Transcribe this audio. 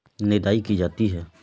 निदाई की जाती है?